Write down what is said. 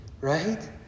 right